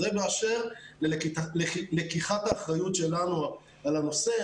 זה באשר ללקיחת האחריות שלנו על הנושא.